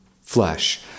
flesh